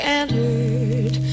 entered